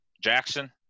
Jackson